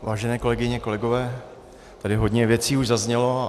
Vážené kolegyně, kolegové, tady hodně věcí už zaznělo.